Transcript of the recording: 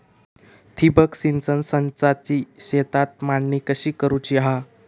ठिबक सिंचन संचाची शेतात मांडणी कशी करुची हा?